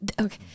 Okay